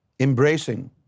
embracing